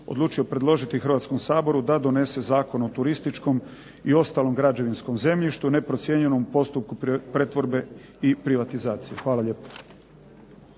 odlučio predložiti Hrvatskom saboru da donese Zakon o turističkom i ostalom građevinskom zemljištu neprocijenjenom u postupku pretvorbe i privatizacije. Hvala lijepo.